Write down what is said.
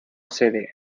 sede